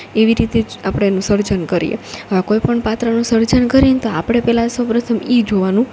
એવી રીતે જ આપડે એનું સર્જન કરીએ આવા કોઈપણ પાત્રનું સર્જન કરીન તો આપડે પેલા સૌપ્રથમ ઈ જોવાનું